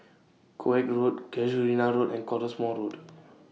Koek Road Casuarina Road and Cottesmore Road